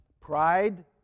pride